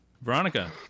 Veronica